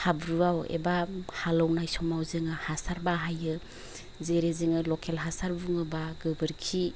हाब्रुवाव एबा हालौनाय समाव जोङो हासार बाहायो जेरै जोङो लकेल हासार बुङोबा गोबोरखि